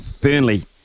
Burnley